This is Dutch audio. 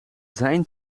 zijn